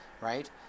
Right